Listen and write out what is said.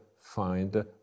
find